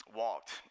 walked